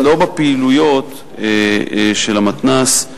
לא בפעילויות של המתנ"ס,